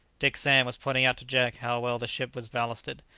dick sand was pointing out to jack how well the ship was ballasted,